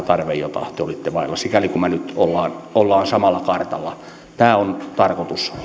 tarve jota te olitte vailla sikäli kuin me nyt olemme samalla kartalla tämä on tarkoitus